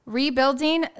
rebuilding